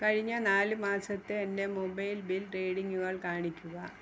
കഴിഞ്ഞ നാല് മാസത്തെ എന്റെ മൊബൈൽ ബിൽ റീഡിങ്ങുകൾ കാണിക്കുക